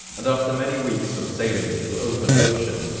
and after many weeks of sailing through open ocean,